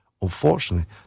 Unfortunately